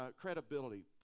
credibility